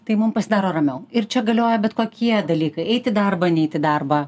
tai mum pasidaro ramiau ir čia galioja bet kokie dalykai eit į darbą neit į darbą